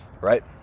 right